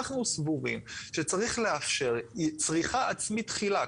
אנחנו סבורים שצריך לאפשר צריכה עצמית תחילה,